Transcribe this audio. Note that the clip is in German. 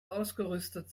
ausgerüstet